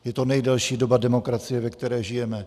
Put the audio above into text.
Je to nejdelší doba demokracie, ve které žijeme.